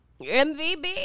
MVB